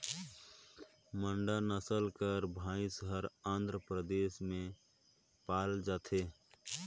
मांडा नसल कर भंइस हर आंध्र परदेस में पाल जाथे